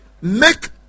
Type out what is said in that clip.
Make